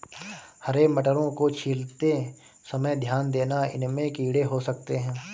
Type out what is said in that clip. हरे मटरों को छीलते समय ध्यान देना, इनमें कीड़े हो सकते हैं